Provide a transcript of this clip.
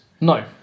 No